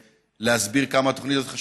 אני לא צריך להסביר כמה התוכנית הזאת חשובה.